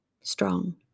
strong